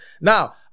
Now